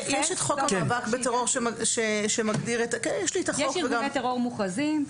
יש ארגוני טרור מוכרזים.